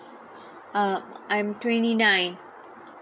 uh I'm twenty nine